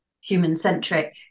human-centric